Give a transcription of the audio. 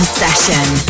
session